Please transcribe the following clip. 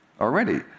already